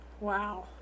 Wow